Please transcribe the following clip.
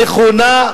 נכונה,